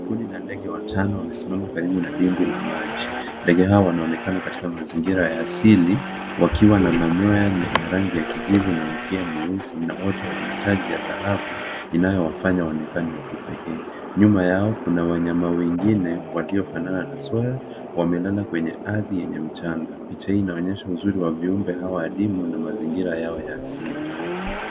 Kundi la ndege watano wamesimama karibu na dimbwi la maji. Ndege hawa wanaonekana katika mazingira ya asili wakiwa na manyoya yenye rangi ya kijivu na mkia mweusi na wote wana taji ya dhahabu inayowafanya waonekane wa kipekee. Nyuma yao kuna wanyama wengine waliofanana na swala wamelala kwenye ardhi yenye mchanga. Picha hii inaonyesha uzuri wa viumbe hawa adimu na mazingira yao ya asili.